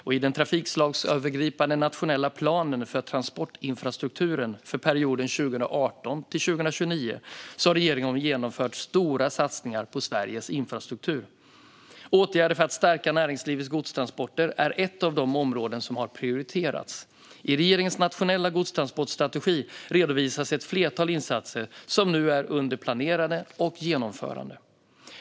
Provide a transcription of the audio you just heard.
I den trafikslagsövergripande nationella planen för transportinfrastrukturen för perioden 2018-2029 har regeringen genomfört stora satsningar på Sveriges infrastruktur. Åtgärder för att stärka näringslivets godstransporter är ett av de områden som har prioriterats. I regeringens nationella godstransportstrategi redovisas ett flertal insatser som nu är under planerande och genomförande.